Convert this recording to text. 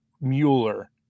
mueller